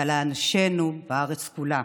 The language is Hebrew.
ועל אנשינו בארץ כולה.